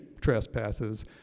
trespasses